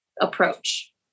approach